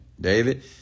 David